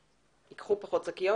ייקחו פחות שקיות,